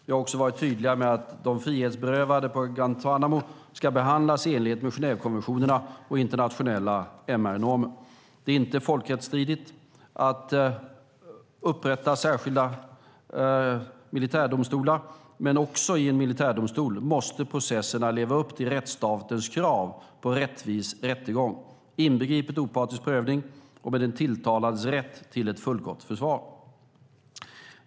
Vi har också varit tydliga med att de frihetsberövade på Guantánamo ska behandlas i enlighet med Genèvekonventionerna och internationella MR-normer. Det är inte folkrättsstridigt att upprätta särskilda militärdomstolar, men också i en militärdomstol måste processerna leva upp till rättsstatens krav på rättvis rättegång inbegripet opartisk prövning och med den tilltalades rätt till ett fullgott försvar.